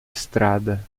estrada